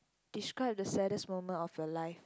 describe the saddest moment of your life